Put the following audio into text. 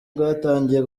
bwatangiye